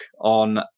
on